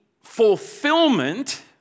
fulfillment